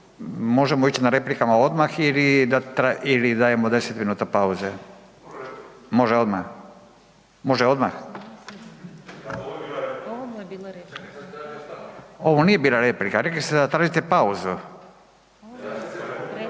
možemo ići na replikama odmah ili dajemo 10 minuta pauze. Može odmah? Ovo nije bila replika, rekli ste da tražite pauzu.